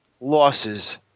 losses